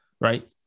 Right